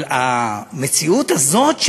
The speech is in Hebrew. אבל המציאות הזאת,